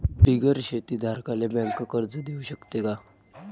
बिगर शेती धारकाले बँक कर्ज देऊ शकते का?